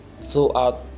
throughout